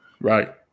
right